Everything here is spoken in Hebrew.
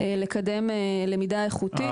לקדם למידה איכותית.